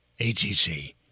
ATC